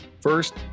First